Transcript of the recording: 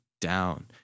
down